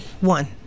One